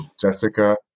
jessica